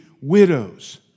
widows